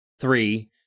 three